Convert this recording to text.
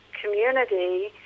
community